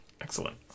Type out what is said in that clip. Excellent